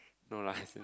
no lah